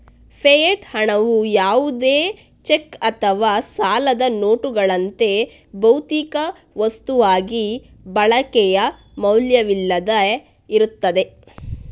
fiat ಹಣವು ಯಾವುದೇ cheque ಅಥವಾ ಸಾಲದ ನೋಟುಗಳಂತೆ, ಭೌತಿಕ ವಸ್ತುವಾಗಿ ಬಳಕೆಯ ಮೌಲ್ಯವಿಲ್ಲದೆ ಇರುತ್ತದೆ